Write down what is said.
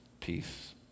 peace